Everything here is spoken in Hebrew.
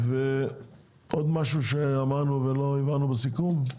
עוד משהו שאמרנו ולא הבהרנו בסיכום?